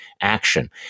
action